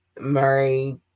Murray